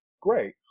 great